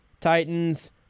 Titans